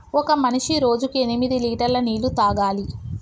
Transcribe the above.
ఒక మనిషి రోజుకి ఎనిమిది లీటర్ల నీళ్లు తాగాలి